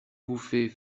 bouffer